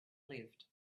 lived